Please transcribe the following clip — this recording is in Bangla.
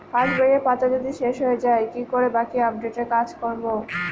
পাসবইয়ের পাতা যদি শেষ হয়ে য়ায় কি করে বাকী আপডেটের কাজ করব?